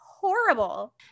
horrible